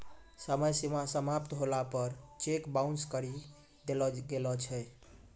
समय सीमा समाप्त होला पर चेक बाउंस करी देलो गेलो छै